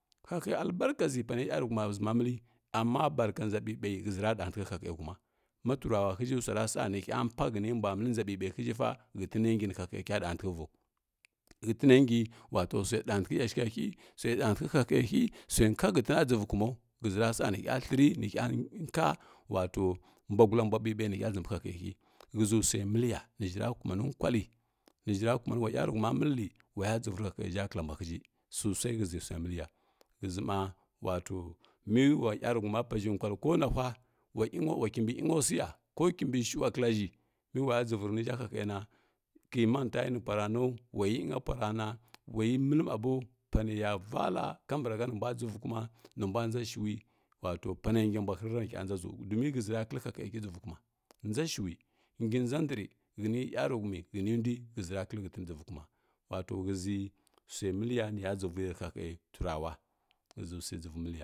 Ha ha albaraka ʒi pallə yarəghə omey ʒə ma həllə amma barka ndʒabibai həʒəra ɗantry hahə huma ma tuaara həʒhi swara so nal hya inpa hənə mbwa məvəi ndʒabiɓai həʒhi fa hətənə ngi nə hchə hya ɗəghatəghə vəghu hətənə ngi wato swai dəgha təgha toghə hohə hə hy swai dəghatəghə jashəghə swəi nka hətəna dʒəvə kumau həʒəra sa nə hya thləri nə hya nto wato mbwa gura mbwa bibai nə hy dʒəvoi rə hohə hi həʒə swə məlləya nə ʒhi ra kumani nkwalli wa yarəghəuma məlly wa ya dʒəvoi rə hahəʒha kəlla mbwa həʒhi sosai həʒə swə məllə ya həʒʒ ma wato mə wa yarəghəuma pa ʒhi nkwallə ko na hua wa kimni kimbi iynəghu swi ya ko kimbi shawa kəlla ʒhi mi waya dʒəvoi və hiʒha hahəna kəmanta yi nə pwa ra nəu wayi iynəgha pwara na wayi məlla ma bo po nə ya valla kamar ha nə mbwa dʒəvvi kuma nə mbwa ndʒa shʒwi wato panə ngya mbwa hər va nə dʒər doni həʒə ra kəllə hahə hy dʒəvvi kuma ndʒa shəwi ngi ndʒa dəghə ri hənə yarəghəumi lənə ndwi həʒə ra kəllə hətən dʒəvoi kuma wato həʒəi swai məllə ua nə ya dʒəvoi rə hohəghə tura wa həʒə swai dʒəvoi məllə yar.